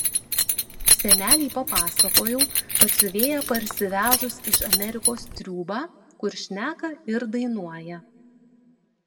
senelei papasakojau kad siuvėja parsivežus iš amerikos triūbą kur šneka ir dainuoja